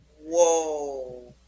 Whoa